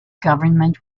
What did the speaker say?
government